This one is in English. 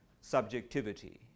subjectivity